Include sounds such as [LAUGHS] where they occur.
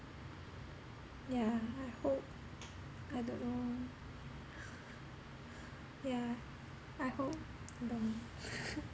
yeah I hope I don't know [LAUGHS] yeah I hope [LAUGHS]